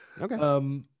Okay